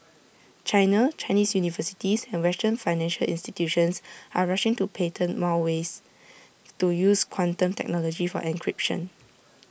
China Chinese universities and western financial institutions are rushing to patent more ways to use quantum technology for encryption